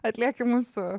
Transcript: atlieki mūsų